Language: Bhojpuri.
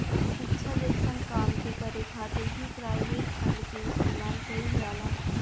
शिक्षा जइसन काम के करे खातिर भी प्राइवेट फंड के इस्तेमाल कईल जाला